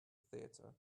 theater